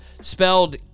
spelled